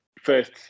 first